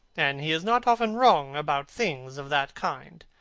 and he is not often wrong about things of that kind.